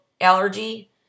allergy